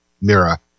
Mira